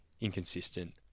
inconsistent